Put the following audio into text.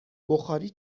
بخاری